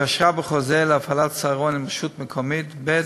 התקשרה בחוזה להפעלת צהרון עם רשות מקומית, ב.